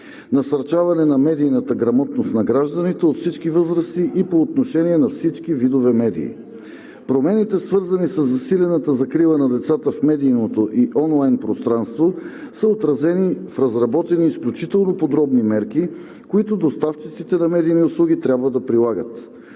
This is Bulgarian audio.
насърчаване на медийната грамотност на гражданите от всички възрасти и по отношение на всички видове медии. Промените, свързани със засилената закрила на децата в медийното и онлайн пространство, са отразени в разработени изключително подробни мерки, които доставчиците на медийни услуги трябва да прилагат.